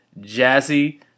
Jazzy